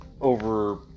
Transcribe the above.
over